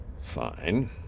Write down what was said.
Fine